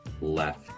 left